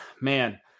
man